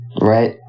Right